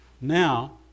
Now